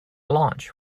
launch